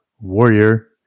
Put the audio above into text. Warrior